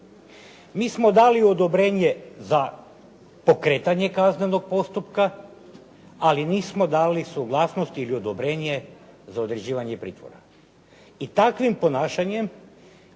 Mi smo dali odobrenje za pokretanje kaznenog postupka, ali nismo dali suglasnost ili odobrenje za određivanje pritvora. I takvim ponašanjem,